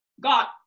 got